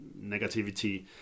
negativity